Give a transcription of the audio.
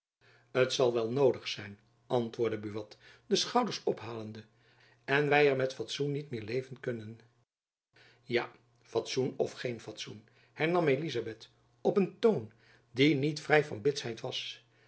het zal wel noodig zijn antwoordde buat de schouders ophalende als wy er met fatsoen niet meer leven kunnen ja fatsoen of geen fatsoen hernam elizabeth op een toon die niet vrij van bitsheid was